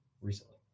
recently